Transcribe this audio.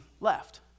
left